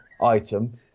item